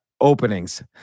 openings